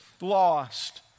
lost